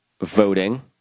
voting